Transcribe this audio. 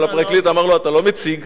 אבל הפרקליט אמר לו: אתה לא מציג,